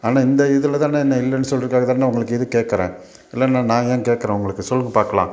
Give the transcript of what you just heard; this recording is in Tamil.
ஆனால் இந்த இதில்தான நான் இல்லைன்னு சொல்லறக்காகதானே உங்களுக்கு இது கேட்கறேன் இல்லைன்னா நான் ஏன் கேட்கறேன் உங்களுக்கு சொல்லுங்க பாக்கலாம்